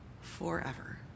forever